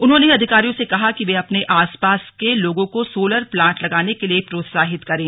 उन्होंने अधिकारियों से कहा कि वे अपने आस पास के लोगों को सोलर प्लांट लगाने के लिये प्रोत्साहित करें